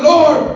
Lord